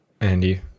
Andy